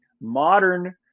modern